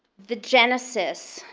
the genesis,